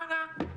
מה רע?